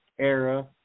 era